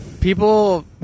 People